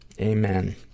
Amen